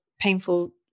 painful